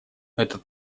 этот